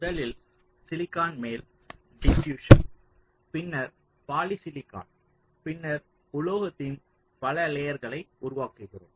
முதலில் சிலிக்கான் மேல் டிபியுஸ்சன் பின்னர் பாலிசிலிகான் பின்னர் உலோகத்தின் பல லேயர்களை உருவாக்குகிறோம்